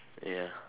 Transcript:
ya